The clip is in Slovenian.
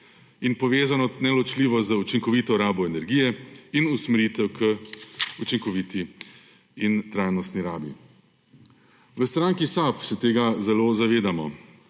povezano z učinkovito rabo energije ter usmeritev k učinkoviti in trajnostni rabi. V stranki SAB se tega zelo zavedamo.